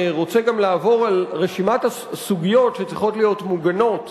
רוצה גם לעבור על רשימת הסוגיות שצריכות להיות מוגנות